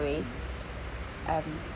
away um